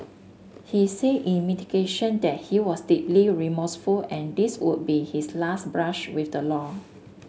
he say in mitigation that he was deeply remorseful and this would be his last brush with the law